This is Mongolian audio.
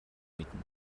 мэднэ